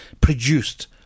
produced